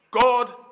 God